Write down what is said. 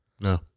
No